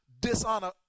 dishonor